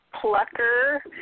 Plucker